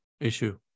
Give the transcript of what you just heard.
issue